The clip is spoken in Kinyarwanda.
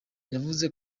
yavuze